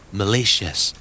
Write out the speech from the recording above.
malicious